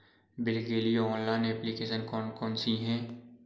Bill के लिए online application कौन कौन सी हैं?